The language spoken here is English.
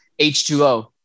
H2O